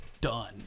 done